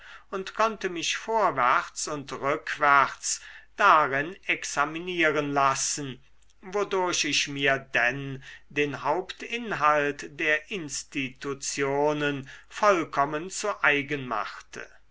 und konnte mich vorwärts und rückwärts darin examinieren lassen wodurch ich mir denn den hauptinhalt der institutionen vollkommen zu eigen machte